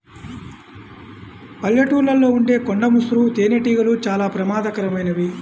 పల్లెటూళ్ళలో ఉండే కొండ ముసురు తేనెటీగలు చాలా ప్రమాదకరమైనవి